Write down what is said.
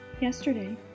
Yesterday